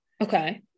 Okay